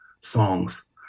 songs